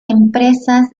empresas